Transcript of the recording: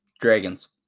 dragons